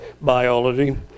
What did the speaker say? biology